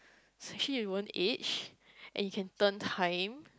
so actually you won't age and you can turn time